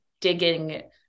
digging